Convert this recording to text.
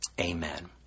Amen